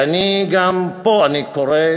וגם פה אני קורא,